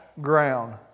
ground